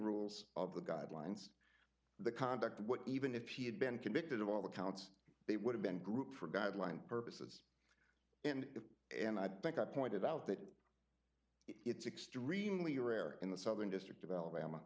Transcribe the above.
rules of the guidelines the conduct would even if he had been convicted of all the counts they would have been group for guideline purposes and if and i think i pointed out that it's extremely rare in the southern district of alabama